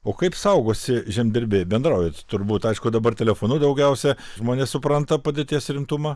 o kaip saugosi žemdirbiai bendraujat turbūt aišku dabar telefonu daugiausia žmonės supranta padėties rimtumą